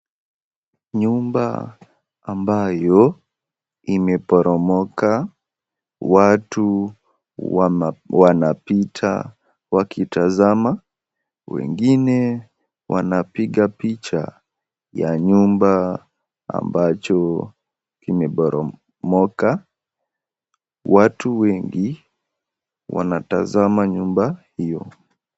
Nyumba ambayo imeporomoka. Watu wanapita wakitazama, wengine wanapiga picha ya nyumba ambayo imeporomoka. Watu wengi wanatazama nyumba hiyo.